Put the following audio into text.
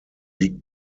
liegt